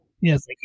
yes